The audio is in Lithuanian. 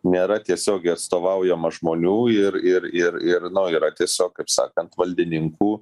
nėra tiesiogiai atstovaujama žmonių ir ir ir ir yra tiesiog kaip sakant valdininkų